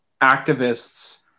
activists